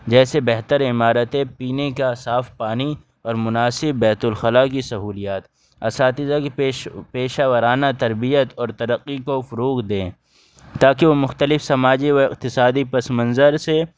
جیسے بہتر عمارتیں پینے کا صاف پانی اور مناسب بیت الخلا کی سہولیات اساتذہ کی پیش پیشہ ورانہ تربیت اور ترقی کو فروغ دیں تاکہ وہ مختلف سماجی و اقتصادی پس منظر سے